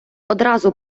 одразу